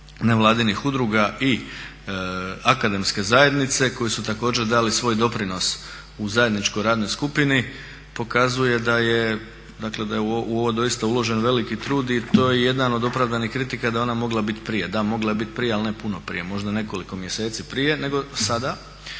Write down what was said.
nevladinih udruga i akademske zajednice koji su također dali svoj doprinos u zajedničkoj radnoj skupini pokazuje da je, dakle da je u ovo doista uložen veliki trud i to je jedan od opravdanih kritika da je ona mogla biti prije. Da mogla je biti prije ali ne puno prije, možda nekoliko mjeseci prije nego sada